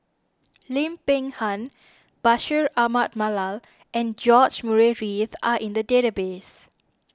Lim Peng Han Bashir Ahmad Mallal and George Murray Reith are in the database